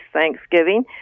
Thanksgiving